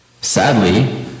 Sadly